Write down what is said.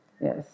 Yes